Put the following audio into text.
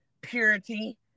purity